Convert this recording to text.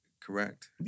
Correct